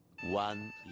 One